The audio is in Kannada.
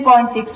I 5